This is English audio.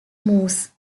moose